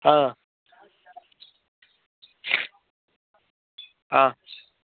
ஆ ஆ